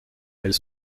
elles